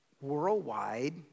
worldwide